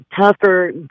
tougher